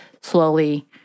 slowly